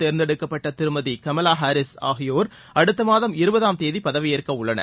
தேர்ந்தெடுக்கப்பட்ட திருமதி Kamala Harris ஆகியோர் அடுத்த மாதம் இருபதாம் தேதி பதவியேற்கவுள்ளனர்